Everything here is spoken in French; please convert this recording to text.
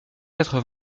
quatre